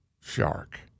Shark